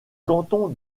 canton